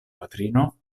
patrino